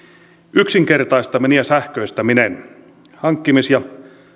yksinkertaistaminen ja sähköistäminen hankkimis ja